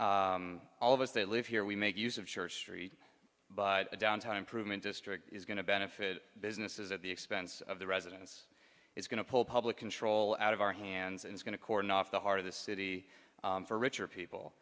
all of us that live here we make use of church street but the downtown improvement district is going to benefit businesses at the expense of the residents it's going to pull public control out of our hands and it's going to cordon off the heart of the city for richer people